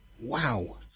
Wow